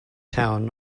town